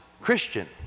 Christian